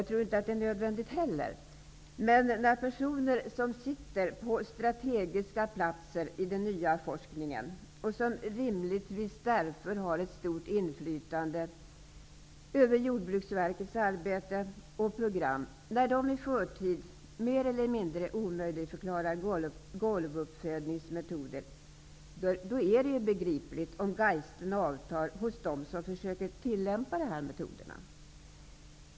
Det är inte heller nödvändigt. Men när personer, som sitter på strategiska forskningsplatser och som rimligtvis därför har ett stort inflytande över Jordbruksverkets arbete och program, i förtid mer eller mindre omöjligförklarar golvuppfödningsmetoder, är det begripligt om geisten avtar hos dem som försöker tillämpa de här metoderna.